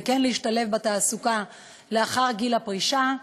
וכן להשתלב בתעסוקה לאחר גיל הפרישה.